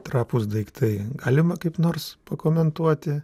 trapūs daiktai galima kaip nors pakomentuoti